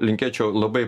linkėčiau labai